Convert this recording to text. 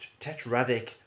tetradic